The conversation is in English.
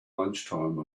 lunchtime